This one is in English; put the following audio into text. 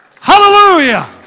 Hallelujah